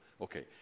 Okay